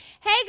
hey